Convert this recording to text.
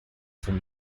from